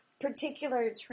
Particular